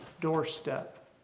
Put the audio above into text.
doorstep